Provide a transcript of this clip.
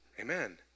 Amen